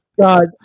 God